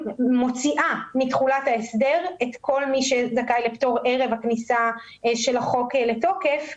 מוציאה מתחולת ההסדר את כל מי שזכאי לפטור ערב הכניסה של החוק לתוקף.